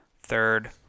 third